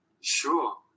Sure